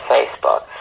Facebook